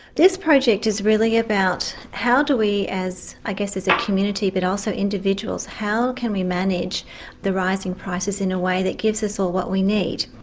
this project is really about how do we, i guess as a community but also individuals, how can we manage the rising prices in a way that gives us all what we need?